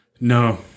No